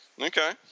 okay